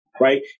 Right